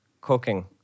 cooking